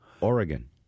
Oregon